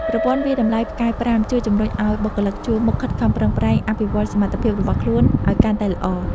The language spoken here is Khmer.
ប្រព័ន្ធវាយតម្លៃផ្កាយប្រាំ ជួយជម្រុញឱ្យបុគ្គលិកជួរមុខខិតខំប្រឹងប្រែងអភិវឌ្ឍសមត្ថភាពរបស់ខ្លួនឱ្យកាន់តែល្អ។